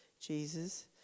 Jesus